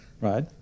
right